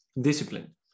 discipline